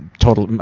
total,